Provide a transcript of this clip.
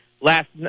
last